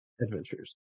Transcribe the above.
Adventures